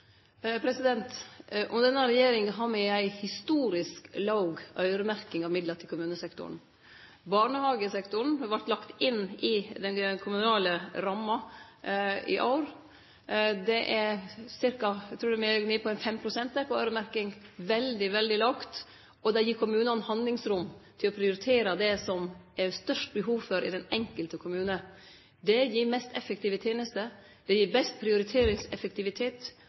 me ei historisk låg øyremerking av midlar til kommunesektoren. Barnehagesektoren vart lagd inn i den kommunale ramma i år. Eg trur me er på 5 pst. på øyremerking – veldig, veldig lågt – og det gir kommunane handlingsrom til å prioritere det som det er størst behov for i den enkelte kommune. Det gir mest effektive tenester, det gir best prioriteringseffektivitet,